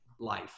life